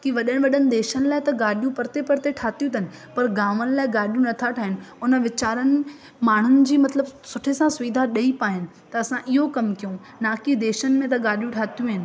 की वॾनि वॾनि देशनि लाइ त गाॾियूं परिते परिते ठातियूं अथनि पर गांवनि लाइ गाॾियूं नथा ठहियनि उन वेचारनि माण्हुनि जी मतिलबु सुठे सां सुविधा ॾेई पाइनि त असां इहो कमु कयूं नाकी देशनि में त गाॾियूं ठातियूं आहिनि